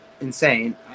insane